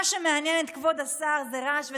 מה שמעניין את כבוד השר זה רעש וצלצולים,